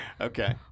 Okay